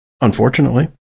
unfortunately